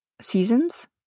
seasons